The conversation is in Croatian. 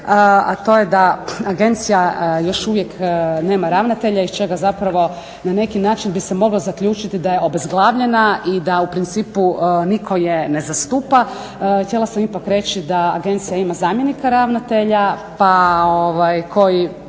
a to je da agencija još uvijek nema ravnatelja iz čega zapravo na neki način bi se moglo zaključiti da je obezglavljena i da u principu nitko je ne zastupa. Htjela sam ipak reći da agencija ima zamjenika ravnatelja koji